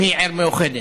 אם היא עיר מאוחדת.